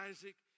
Isaac